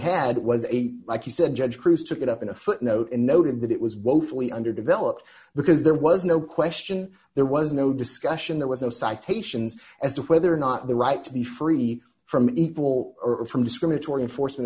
had was eight like he said judge cruz took it up in a footnote and noted that it was woefully underdeveloped because there was no question there was no discussion there was no citations as to whether or not the right to be free from equal or from discriminatory force